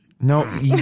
No